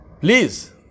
Please